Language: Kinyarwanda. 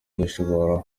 dushobora